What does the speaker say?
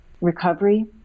recovery